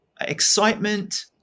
excitement